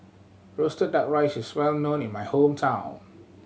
roasted Duck Rice is well known in my hometown